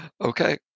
Okay